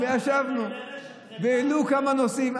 ישבנו והועלו כמה נושאים,